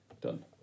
Done